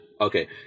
Okay